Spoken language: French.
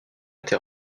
été